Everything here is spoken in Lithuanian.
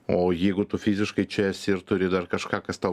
o jeigu tu fiziškai čia esi ir turi dar kažką kas tau